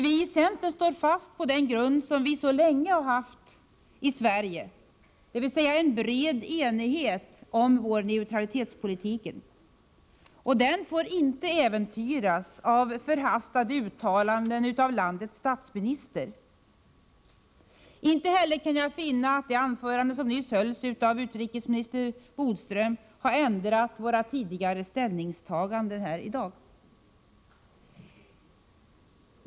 Vi i centern står fast på den grund som så länge har funnits i Sverige, nämligen en bred enighet om landets neutralitetspolitik. Den får inte äventyras av förhastade uttalanden från landets statsminister. Inte heller kan jag finna att det anförande som nyss hölls av utrikesminister Bodström har ändrat våra tidigare ställningstaganden här i dag.